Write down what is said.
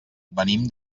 venim